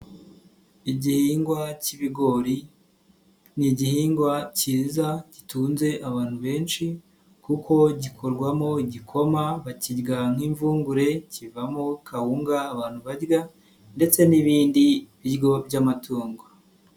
Igihingwa cy'ibigori ni igihingwa cyiza gitunze abantu benshi kuko gikorwamo igikoma, bakirya nk'imvungure kivamo kawunga abantu barya ndetse n'ibindi biryo by'amatungo.